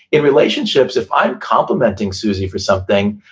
in relationships, if i'm complimenting suzy for something,